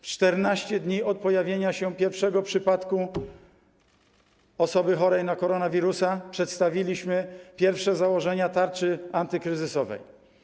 W 14 dni od pojawienia się pierwszego przypadku osoby chorej na koronawirusa przedstawiliśmy pierwsze założenia tarczy antykryzysowej.